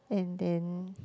and then